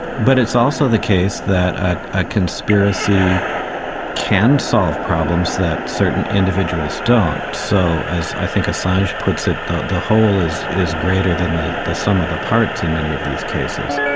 but it's also the case that a conspiracy can solve problems that certain individuals don't. so as i think assange puts it, the the whole is is greater than the the sum of the parts in many of these cases.